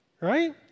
right